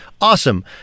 awesome